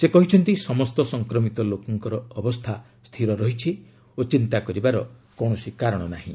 ସେ କହିଛନ୍ତି ସମସ୍ତ ସଂକ୍ରମିତ ଲୋକଙ୍କ ଅବସ୍ଥା ସ୍ଥିର ରହିଛି ଓ ଚିନ୍ତା କରିବାର କୌଣସି କାରଣ ନାହିଁ